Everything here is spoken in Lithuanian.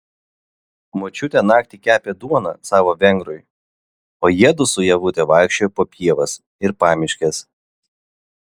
močiutė naktį kepė duoną savo vengrui o jiedu su ievute vaikščiojo po pievas ir pamiškes